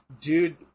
Dude